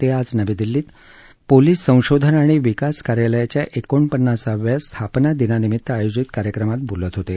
ते आज नवी दिल्लीत पालिस संशोधन आणि विकास कार्यालयाच्या एकोणपन्नासाव्या स्थापना दिनानिमित्त आयोजित कार्यक्रमात बोलत होते